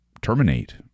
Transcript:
terminate